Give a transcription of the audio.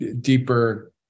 deeper